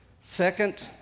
Second